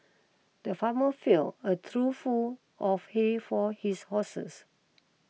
the farmer fill a trough full of hay for his horses